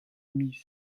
miz